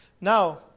Now